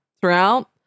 throughout